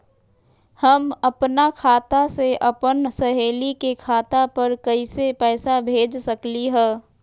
हम अपना खाता से अपन सहेली के खाता पर कइसे पैसा भेज सकली ह?